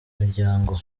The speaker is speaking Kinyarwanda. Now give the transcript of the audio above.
miryango